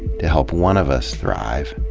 to help one of us thrive,